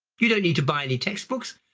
you don't need to buy any textbooks,